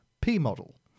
P-Model